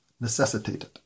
necessitated